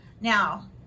Now